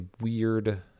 weird